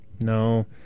No